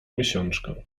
miesiączkę